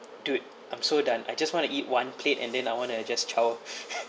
dude I'm so done I just want to eat one plate and then I want to just chow